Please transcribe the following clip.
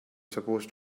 supposed